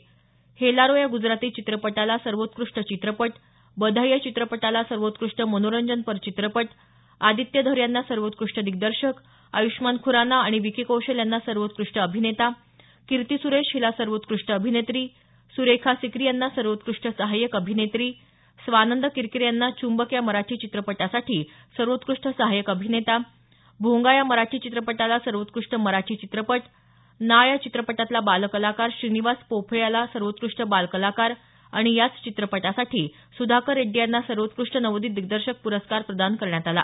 हेलारो या गुजराती चित्रपटाला सर्वोत्कृष्ट चित्रपट बधाई या चित्रपटाला सर्वोत्कृष्ट मनोरंजनपर चित्रपट अदित्य धर यांना सर्वोत्कृष्ट दिग्दर्शक आयुष्मान खुराना आणि विकी कौशल यांना सर्वोत्कृष्ट अभिनेता कीर्ती सुरेश हिला सर्वोत्कृष्ट अभिनेत्री सुरेखा सिकरी यांना सर्वोत्कृष्ट सहायक अभिनेत्री स्वानंद किरकिरे यांना चुंबक या मराठी चित्रपटासाठी सर्वोत्कृष्ट सहाय्यक अभिनेता भोंगा या मराठी चित्रपटाला सर्वोत्कृष्ट मराठी चित्रपट प्रस्कार नाळ या चित्रपटातला बालकलाकार श्रीनिवास पोफळे याला सर्वोत्कृष्ट बालकलाकार आणि याच चित्रपटासाठी सुधाकर रेड्डी यांना सर्वोत्कृष्ट नवोदित दिग्दर्शक प्रस्कार प्रदान करण्यात आला